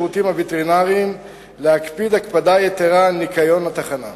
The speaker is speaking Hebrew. בינתיים לניקוי יסודי של התחנה?